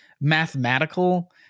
mathematical